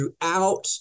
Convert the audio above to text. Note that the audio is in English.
throughout